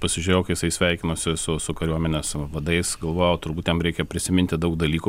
pasižiūrėjau kai jisai sveikinosi su su kariuomenės vadais galvojau turbūt tam reikia prisiminti daug dalykų